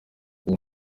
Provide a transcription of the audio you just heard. uwo